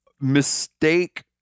mistake